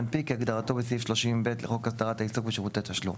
"מנפיק" - כהגדרתו בסעיף 30(ב) לחוק הסדרת העיסוק בשירותי תשלום.